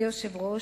אדוני היושב-ראש,